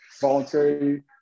voluntary